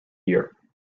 year